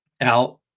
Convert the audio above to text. out